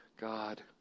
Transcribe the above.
God